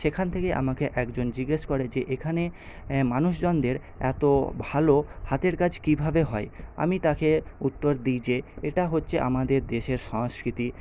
সেখান থেকে আমাকে একজন জিজ্ঞেস করে যে এখানে মানুষজনদের এত ভালো হাতের কাজ কীভাবে হয় আমি তাকে উত্তর দিই যে এটা হচ্ছে আমাদের দেশের সংস্কৃতি